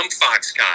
Foxconn